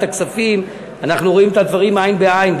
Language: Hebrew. הכספים אנחנו רואים את הדברים עין בעין,